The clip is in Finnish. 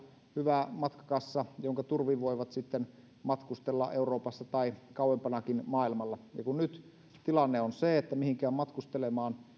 hyvä matkakassa jonka turvin voivat sitten matkustella euroopassa tai kauempanakin maailmalla kun nyt tilanne on se että mihinkään matkustelemaan